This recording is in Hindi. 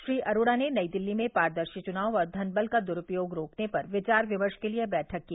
श्री अरोड़ा ने नई दिल्ली में पारदर्शी चुनाव और धन बल का द्रूपयोग रोकने पर विचार विमर्श के लिए बैठक की